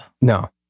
no